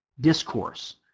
discourse